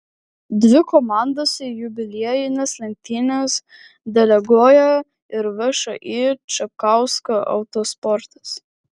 dvi komandas į jubiliejines lenktynes deleguoja ir všį čapkausko autosportas